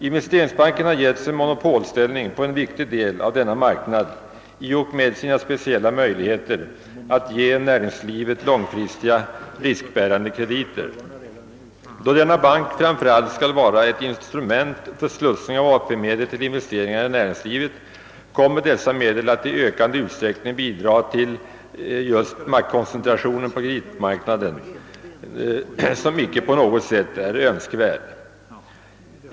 Investeringsbanken har fått en monopolställning på en viktig del av denna marknad i och med de speciella möjligheter banken bekommit att ge näringslivet långfristiga, riskbärande krediter. Då denna bank framför allt skall vara ett instrument för slussning av AP-medel till investeringar i näringslivet, kommer dessa medel att i ökande utsträckning bidra till just en maktkoncentration på kreditmarknaden, som inte på något sätt är önskvärd.